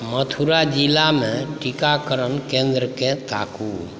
मथुरा जिला मे टीकाकरण केंद्रकेँ ताकू